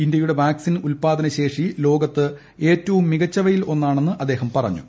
ഇന്ത്യയുടെ വാക്സിൻ ഉൽപ്പാദനശേഷി ലോകത്ത് ഏറ്റവും മികച്ചവയിൽ ഒന്നാണെന്ന് അദ്ദേഹം പറഞ്ഞു